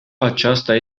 aceasta